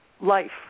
life